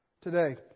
today